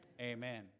amen